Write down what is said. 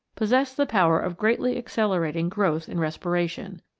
possess the power of greatly accelerating growth and respiration.